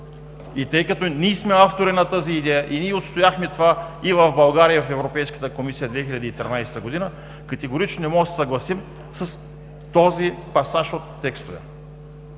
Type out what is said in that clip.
И тъй като ние сме автори на тази идея, и ние отстояхме това – и в България, и в Европейската комисия 2013 г., категорично не можем да се съгласим с този пасаж от текстове.